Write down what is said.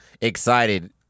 excited